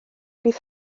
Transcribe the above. bydd